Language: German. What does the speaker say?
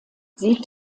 sie